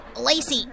Lacey